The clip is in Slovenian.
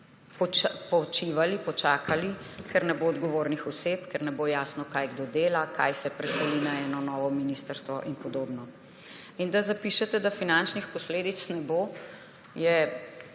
počivali, počakali, ker ne bo odgovornih oseb, ker ne bo jasno, kaj kdo dela, kaj se preseli na eno novo ministrstvo, in podobno. In da zapišete, da finančnih posledic ne bo, je